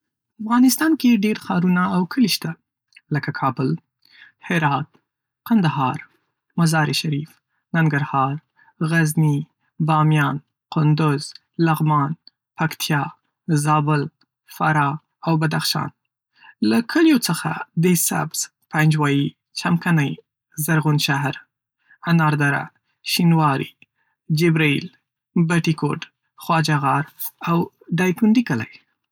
افغانستان کې ډېر ښارونه او کلی شته، لکه: کابل، هرات، کندهار، مزار شریف، ننګرهار، غزني، بامیان، کندز، لغمان، پکتیا، زابل، فراه، او بدخشان. له کلیو څخه: ده سبز، پنجوایي، چمکني، زرغون‌شهر، اناردره، شینواري، جبره‌یل، بټي‌کټ، خواجه‌غار، او دایکنډي کیلي